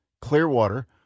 Clearwater